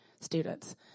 students